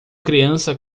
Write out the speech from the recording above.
criança